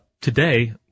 today